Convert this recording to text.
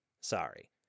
Sorry